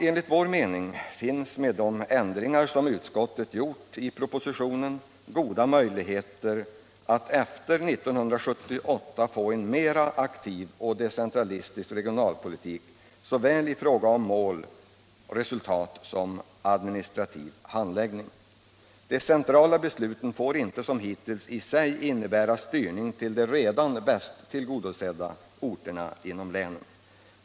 Enligt vår mening finns det med de ändringar utskottet föreslagit i propositionen goda möjligheter att efter 1978 få en mera aktiv och decentralistisk regionalpolitik i fråga om såväl mål, resultat som administrativ handläggning. De centrala besluten får inte som hittills i sig innebära styrning till de redan bäst tillgodosedda orterna inom länen.